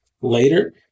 later